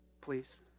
Please